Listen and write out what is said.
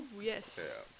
Yes